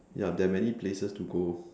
ya there are many places to go